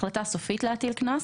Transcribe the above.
"החלטה סופית להטיל קנס",